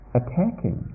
attacking